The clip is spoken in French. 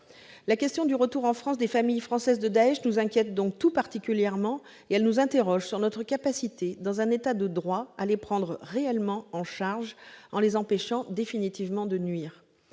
sadiques. Le retour en France des familles françaises de Daech nous inquiète donc tout particulièrement et interroge notre capacité, dans un État de droit, à les prendre réellement en charge tout en les empêchant définitivement de nuire.